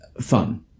fun